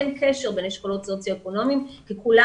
אין קשר בין אשכולות סוציו אקונומיים כי כולם